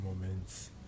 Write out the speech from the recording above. moments